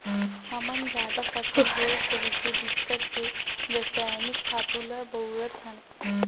हमन जादा फसल होवय कहिके बिकट के रसइनिक खातू ल बउरत हन